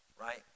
right